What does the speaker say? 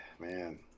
man